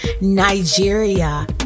Nigeria